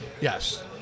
Yes